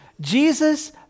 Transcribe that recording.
Jesus